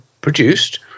produced